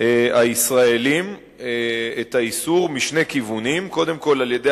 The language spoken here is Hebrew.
הישראלים את האיסור משני כיוונים: קודם כול על-ידי